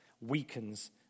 weakens